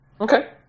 Okay